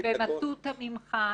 במטותא ממך,